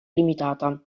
limitata